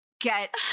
Get